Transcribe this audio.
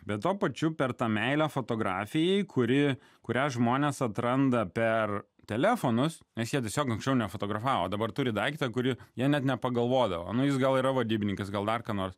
bet tuo pačiu per tą meilę fotografijai kuri kurią žmonės atranda per telefonus nes jie tiesiog anksčiau nefotografavo dabar turi daiktą kurį jie net nepagalvodavo na jis gal yra vadybininkas gal dar ką nors